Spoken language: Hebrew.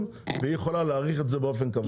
והיא יכולה להאריך את זה באופן קבוע.